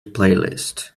playlist